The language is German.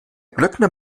glöckner